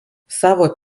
savo